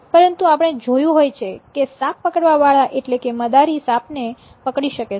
પરંતુ આપણે જોયું હોય છે કે સાપ પકડવા વાળા એટલે કે મદારી સાપને પકડી શકે છે